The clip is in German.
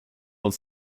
uns